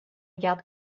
garde